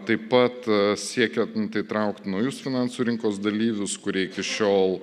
taip pat siekiant nu tai traukt naujus finansų rinkos dalyvius kurie iki šiol